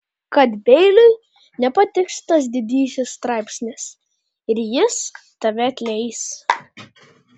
kad beiliui nepatiks tas didysis straipsnis ir jis tave atleis